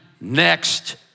next